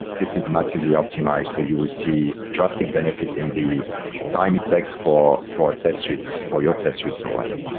this is massively optimized so you will see drastic benefit in the time it takes for for test suites, for your test suite to run